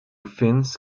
fins